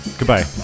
Goodbye